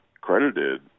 credited